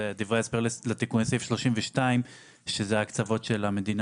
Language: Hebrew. זה דברי ההסבר לתיקון סעיף 32 שזה הקצבות של המדינה